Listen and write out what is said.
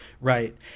Right